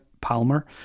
Palmer